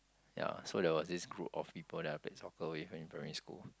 ya so there was this group of people that I play soccer with in primary school